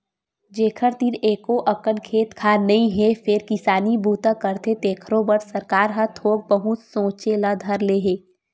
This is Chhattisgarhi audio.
जेखर तीर एको अकन खेत खार नइ हे फेर किसानी बूता करथे तेखरो बर सरकार ह थोक बहुत सोचे ल धर ले हे